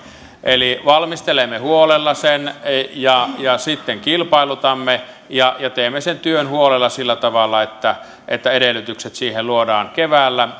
eli valmistelemme huolella sen ja ja sitten kilpailutamme ja teemme sen työn huolella sillä tavalla että että edellytykset siihen luodaan keväällä